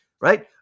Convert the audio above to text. right